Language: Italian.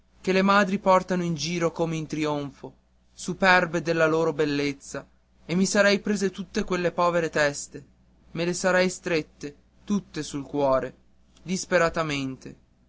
che le madri portano in giro come in trionfo superbe della loro bellezza e mi sarei prese tutte quelle povere teste me le sarei strette tutte sul cuore disperatamente